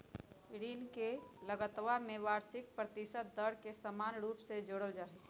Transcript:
ऋण के लगतवा में वार्षिक प्रतिशत दर के समान रूप से जोडल जाहई